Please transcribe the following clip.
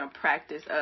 practice